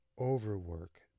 overwork